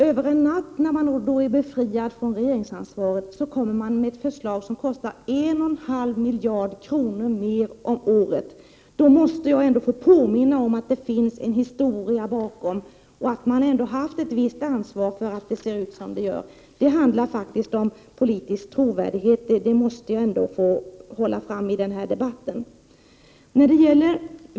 Över en natt, när ni var befriade från regeringsansvaret, kom ni med ett förslag som kostade 1,5 miljarder kronor mer om året. Då måste jag ändå få påminna om att det finns en historia bakom och att ni har haft ett visst ansvar för att det ser ut som det gör. Det handlar faktiskt om politisk trovärdighet, det måste jag ändå få understryka i den här debatten.